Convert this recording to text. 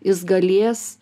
jis galės